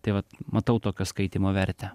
tai vat matau tokio skaitymo vertę